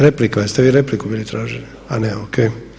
Replika, jeste vi repliku mene tražili? … [[Upadica se ne čuje.]] A ne, ok.